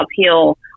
uphill